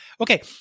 Okay